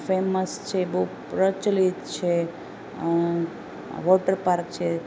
famous છે બઉ પ્રચલિત છે વોટર પાર્ક છે